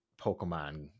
Pokemon